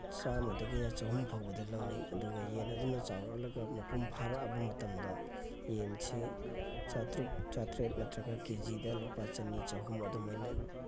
ꯆꯥꯝꯃꯗꯒꯤꯅ ꯆꯍꯨꯝ ꯐꯥꯎꯕꯗ ꯂꯧꯅꯩ ꯑꯗꯨꯒ ꯌꯦꯟ ꯑꯗꯨꯅ ꯆꯥꯎꯔꯛꯂꯒ ꯃꯄꯨꯡ ꯐꯥꯔꯛꯑꯕ ꯃꯇꯝꯗ ꯌꯦꯟꯁꯦ ꯆꯥꯇ꯭ꯔꯨꯛ ꯆꯥꯇ꯭ꯔꯦꯠ ꯅꯠꯇ꯭ꯔꯒ ꯀꯦ ꯖꯤꯗ ꯂꯨꯄꯥ ꯆꯅꯤ ꯆꯍꯨꯝ ꯑꯗꯨꯃꯥꯏꯅ